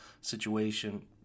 situation